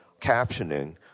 captioning